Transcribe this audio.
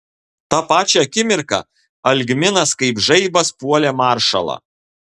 tą pačią akimirką algminas kaip žaibas puolė maršalą